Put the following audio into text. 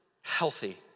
healthy